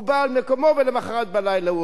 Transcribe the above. ולמחרת בלילה הוא עושה את זה.